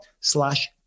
slash